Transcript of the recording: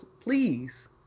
please